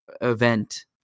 Event